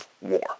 war